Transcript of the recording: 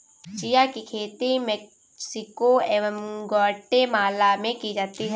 chia की खेती Mexico एवं ग्वाटेमाला में की जाती है